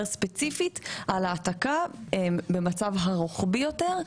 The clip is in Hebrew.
ספציפית על העתקה במצב הרוחבי יותר,